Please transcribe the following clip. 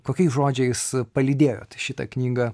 kokiais žodžiais palydėjot šitą knygą